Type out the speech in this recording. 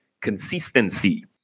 Consistency